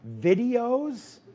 videos